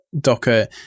Docker